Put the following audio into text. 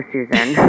Susan